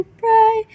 pray